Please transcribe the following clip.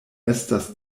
estas